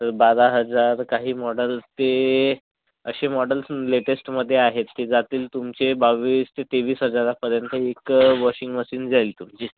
तर बारा हजार काही मॉडेल ते असे मॉडेल्स लेटेस्टमध्ये आहे ते जातील तुमचे बावीस ते तेवीस हजारापर्यंत एक वॉशिंग मशीन जाईल तुमची